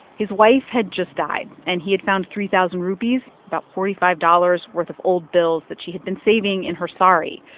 his wife had just died, and he had found three thousand rupees about forty five dollars worth of old bills that she had been saving in her sari.